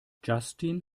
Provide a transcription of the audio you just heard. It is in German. justin